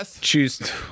Choose